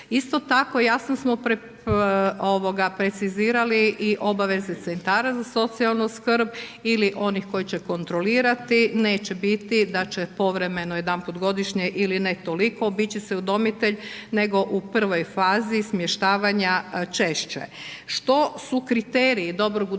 Isto tako jasno smo precizirali i obaveze centara za socijalnu skrb ili onih koji će kontrolirati. Neće biti da će povremeno jedanput godišnje ili ne toliko obići se udomitelj, nego u prvoj fazi smještavanja češće. Što su kriteriji dobrog udomitelja